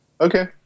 Okay